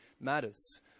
matters